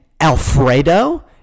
Alfredo